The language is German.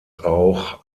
auch